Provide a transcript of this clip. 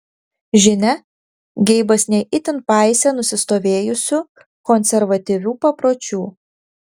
žinia geibas ne itin paisė nusistovėjusių konservatyvių papročių